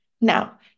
Now